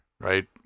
Right